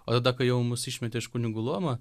o tada kai jau mus išmetė iš kunigų luomo